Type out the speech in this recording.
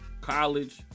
college